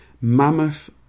mammoth